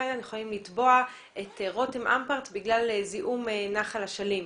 ודין יכולים לתבוע את רותם אמפרט בגלל זיהום נחל אשלים,